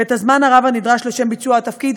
ואת הזמן הרב הנדרש לביצוע התפקיד,